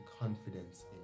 confidence